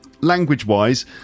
language-wise